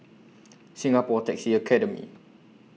Singapore Taxi Academy